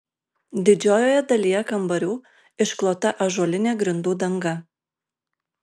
didžiojoje dalyje kambarių išklota ąžuolinė grindų danga